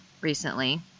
recently